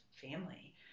family